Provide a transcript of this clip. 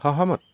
সহমত